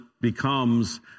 becomes